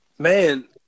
Man